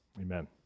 Amen